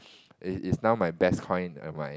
is is now my best coin and my